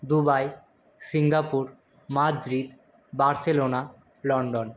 Dubai Singapore Madrid Barcelona London